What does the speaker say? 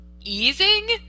easing